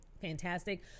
fantastic